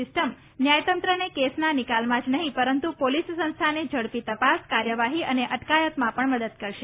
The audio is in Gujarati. સિસ્ટમ ન્યાયતંત્રને કેસના નિકાલમાં જ નહીં પરંતુ પોલીસ સંસ્થાને ઝડપી તપાસ કાર્યવાહી અને અટકાયતમાં પણ મદદ કરશે